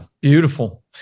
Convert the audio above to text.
Beautiful